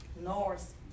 north